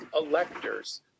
electors